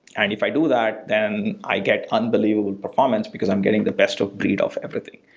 and if i do that, then i get unbelievable performance because i'm getting the best of breed of everything.